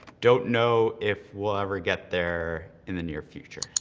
don't know if we'll ever get there in the near future.